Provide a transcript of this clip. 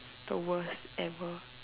the worst ever